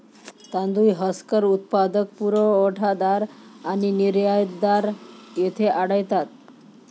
तांदूळ हस्कर उत्पादक, पुरवठादार आणि निर्यातदार येथे आढळतात